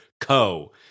Co